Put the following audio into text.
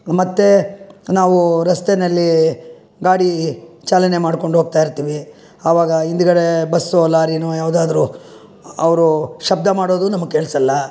ಮತ್ತು ನಾವು ರಸ್ತೆಯಲ್ಲಿ ಗಾಡಿ ಚಾಲನೆ ಮಾಡ್ಕೊಂಡು ಹೋಗ್ತಾ ಇರ್ತೀವಿ ಆವಾಗ ಹಿಂದ್ಗಡೆ ಬಸ್ಸೋ ಲಾರಿಯೋ ಯಾವುದಾದ್ರೂ ಅವರು ಶಬ್ದ ಮಾಡೋದು ನಮಗೆ ಕೇಳ್ಸೋಲ್ಲ